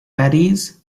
berries